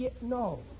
No